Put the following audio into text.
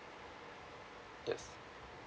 yes